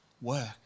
work